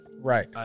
Right